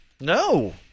No